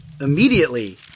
immediately